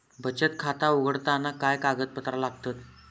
बचत खाता उघडताना काय कागदपत्रा लागतत?